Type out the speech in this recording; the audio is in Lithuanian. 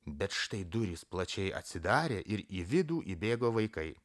bet štai durys plačiai atsidarė ir į vidų įbėgo vaikai